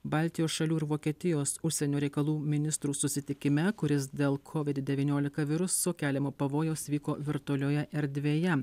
baltijos šalių ir vokietijos užsienio reikalų ministrų susitikime kuris dėl covid devyniolika viruso keliamo pavojaus vyko virtualioje erdvėje